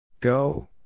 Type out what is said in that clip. Go